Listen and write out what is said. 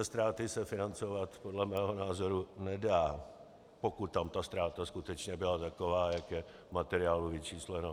Ze ztráty se financovat podle mého názoru nedá, pokud tam ta ztráta skutečně byla taková, jak je v materiálu vyčísleno.